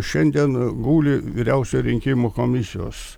šiandien guli vyriausioje rinkimų komisijos